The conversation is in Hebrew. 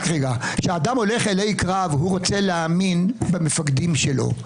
כשאדם הולך אלי קרב הוא רוצה להאמין במפקדים שלו.